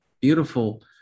beautiful